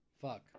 Fuck